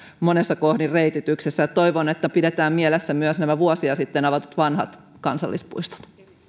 monessa kohdin reitityksessä toivon että pidetään mielessä myös nämä vuosia sitten avatut vanhat kansallispuistot